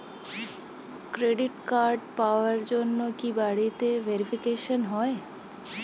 Credit card পাওয়ার জন্য কি বাড়িতে ভেরিফিকেশন হয়?